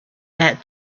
that